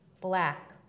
Black